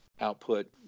output